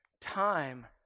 time